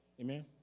Amen